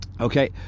Okay